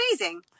amazing